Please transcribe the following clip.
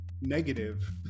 negative